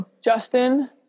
Justin